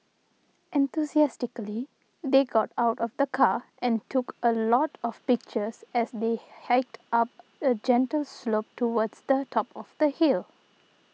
enthusiastically they got out of the car and took a lot of pictures as they hiked up a gentle slope towards the top of the hill